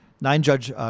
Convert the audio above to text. nine-judge